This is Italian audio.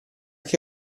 che